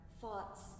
thoughts